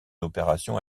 opérations